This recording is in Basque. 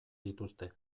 dituzte